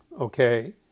okay